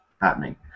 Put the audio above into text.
happening